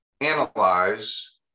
analyze